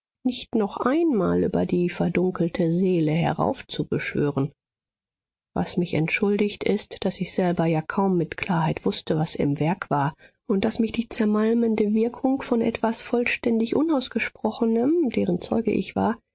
nicht noch einmal über die verdunkelte seele heraufzubeschwören was mich entschuldigt ist daß ich selber ja kaum mit klarheit wußte was im werk war und daß mich die zermalmende wirkung von etwas vollständig unausgesprochenem deren zeuge ich war